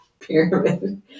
pyramid